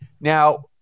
now